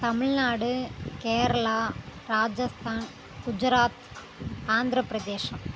Tamil Nadu Kerala Rajasthan Gujarat Andhra Pradesh